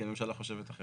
כי הממשלה חושבת אחרת.